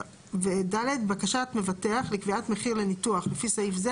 (ד) בקשת מבטח לקביעת מחיר לניתוח לפי סעיף זה